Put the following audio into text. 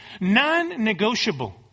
Non-negotiable